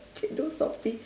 chendol Softee